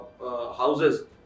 houses